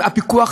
אני מסיים,